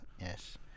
yes